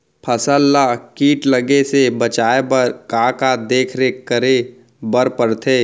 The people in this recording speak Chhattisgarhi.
फसल ला किट लगे से बचाए बर, का का देखरेख करे बर परथे?